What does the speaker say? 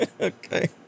Okay